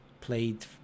played